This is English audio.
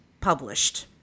published